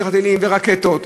לרקטות,